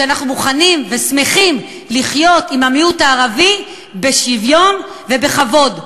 שאנחנו מוכנים ושמחים לחיות עם המיעוט הערבי בשוויון ובכבוד,